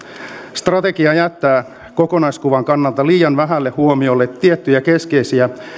strategia jättää kokonaiskuvan kannalta liian vähälle huomiolle tiettyjä keskeisiä